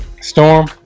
Storm